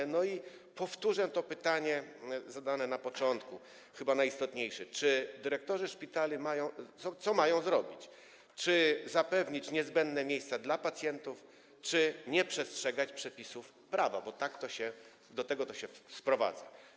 I powtórzę to pytanie zadane na początku, chyba najistotniejsze: Co dyrektorzy szpitali mają zrobić, czy zapewnić niezbędne miejsca dla pacjentów, czy nie przestrzegać przepisów prawa, bo do tego to się sprowadza?